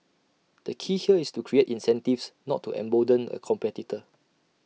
the key here is to create incentives not to embolden A competitor